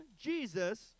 Jesus